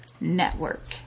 network